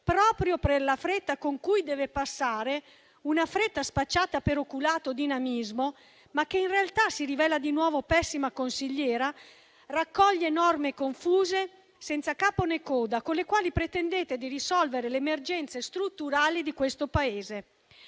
proprio per la fretta con cui deve passare - una fretta spacciata per oculato dinamismo, ma che in realtà si rivela di nuovo pessima consigliera - raccoglie norme confuse, senza capo né coda, con le quali pretendete di risolvere le emergenze strutturali di questo Paese.